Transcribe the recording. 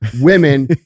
women